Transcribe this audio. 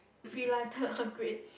free lifetime upgrade